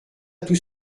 tout